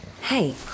Hey